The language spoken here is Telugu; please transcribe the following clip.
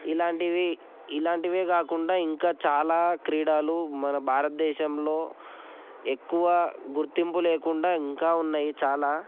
ఇలాంటివి ఇలాంటివే కాకుండా ఇంకా చాలా క్రీడలు మన భారతదేశంలో ఎక్కువ గుర్తింపు లేకుండా ఇంకా ఉన్నాయి చాల